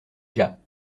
gars